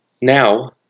Now